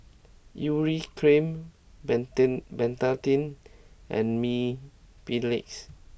Urea Cream Betadine and Mepilex